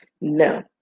No